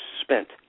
spent